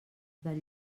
del